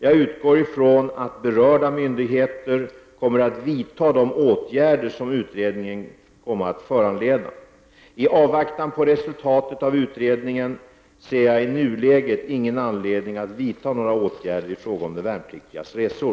Jag utgår ifrån att berörda myndigheter kommer att vidta de åtgärder som utredningen kan komma att föranleda. I avvaktan på resultatet av utredningen ser jag i nuläget ingen anledning att vidta några åtgärder i fråga om de värnpliktigas resor.